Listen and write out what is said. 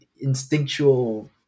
instinctual